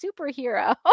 superhero